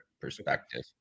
perspective